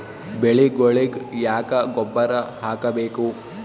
ಬೆಳಿಗೊಳಿಗಿ ಯಾಕ ಗೊಬ್ಬರ ಹಾಕಬೇಕು?